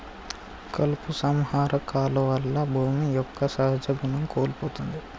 కలుపు సంహార కాలువల్ల భూమి యొక్క సహజ గుణం కోల్పోతుంది